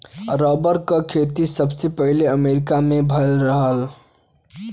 rubber क खेती सबसे पहिले अमरीका में भयल रहल